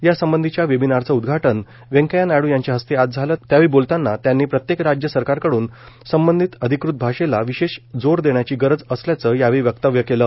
यासंबंधीच्या वेबिनारचं उद्घाटन वेंकय्या नायड् यांच्या हस्ते आज झालं त्यावेळी बोलतांना त्यांनी प्रत्येक राज्य सरकारकडून संबंधित अधिकृत भाषेला विशेष जोर देण्याची गरज असल्याचं यावेळी वक्तव्य केलं